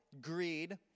greed